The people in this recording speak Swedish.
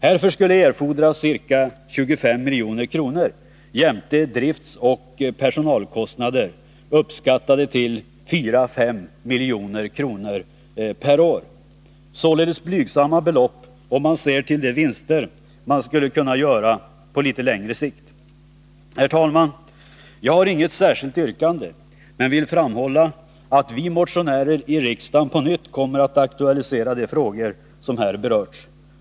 Härför skulle erfordras ca 25 milj.kr. jämte driftsoch personalkostnader uppskattade till 4 å 5 milj.kr. årligen. Således blygsamma belopp om man ser till de vinster man skulle kunna göra på lite längre sikt. Herr talman! Jag har inget särskilt yrkande men vill framhålla att vi motionärer i riksdagen på nytt kommer att aktualisera de frågor som här berörts.